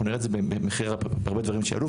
אנחנו נראה את זה במחיר של הרבה דברים שיעלו,